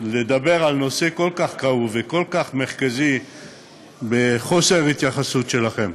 לדבר על נושא כל כך כאוב וכל כך מרכזי בחוסר ההתייחסות שלכם.